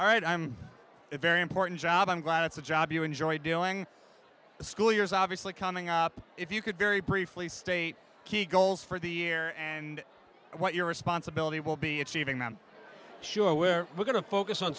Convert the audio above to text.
all right i'm a very important job i'm glad it's a job you enjoy doing the school year is obviously coming up if you could very briefly state key goals for the year and what your responsibility will be achieving them sure we're going to focus on